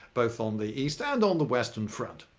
both on the east and on the western front.